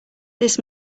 this